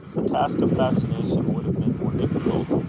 the task of fascination would have been more difficult,